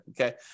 okay